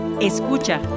Escucha